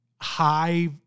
high